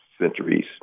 centuries